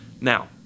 Now